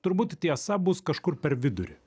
turbūt tiesa bus kažkur per vidurį